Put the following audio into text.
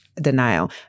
denial